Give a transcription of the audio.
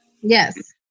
Yes